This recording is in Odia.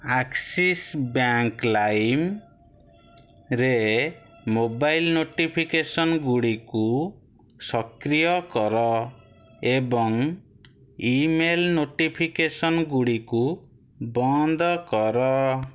ଆକ୍ସିସ୍ ବ୍ୟାଙ୍କ୍ ଲାଇମ୍ ରେ ମୋବାଇଲ୍ ନୋଟିଫିକେସନ୍ ଗୁଡ଼ିକୁ ସକ୍ରିୟ କର ଏବଂ ଇମେଲ୍ ନୋଟିଫିକେସନ୍ ଗୁଡ଼ିକୁ ବନ୍ଦ କର